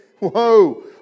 Whoa